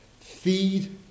feed